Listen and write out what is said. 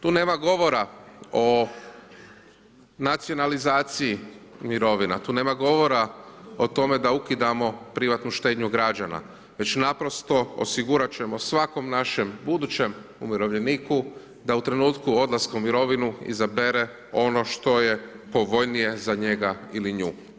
Tu nema govora o nacionalizaciji mirovina, tu nema govora o tome da ukidamo privatnu štednju građana, već naprosto osigurat ćemo svako našem budućem umirovljeniku da u trenutku odlaska u mirovinu, izabere ono što je povoljnije za njega ili nju.